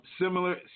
Similar